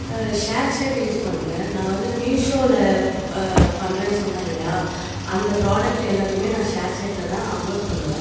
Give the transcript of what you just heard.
share chat use பண்ணுறேன் நான் வந்து மீஷோவில பண்ணுறேன்னு சொன்னேன் இல்லையா அந்த ப்ராடக்ட் எல்லாத்தையும் நான் ஷேர் சாட்டில் தான் அப்லோட் பண்ணுவேன்